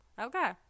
okay